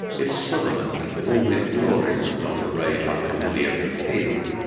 if solomon in all his glory was not arrayed like a lily of the field,